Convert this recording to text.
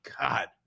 God